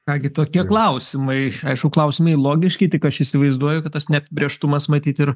ką gi tokie klausimai aišku klausimai logiški tik aš įsivaizduoju kad tas neapibrėžtumas matyt ir